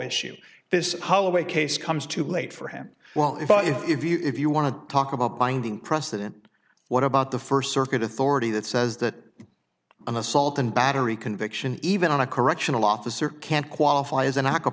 issue this holloway case comes too late for him well if i if you if you want to talk about binding precedent what about the first circuit authority that says that an assault and battery conviction even on a correctional officer can't qualify as an ac